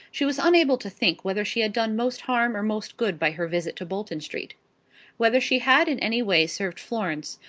she was unable to think whether she had done most harm or most good by her visit to bolton street whether she had in any way served florence,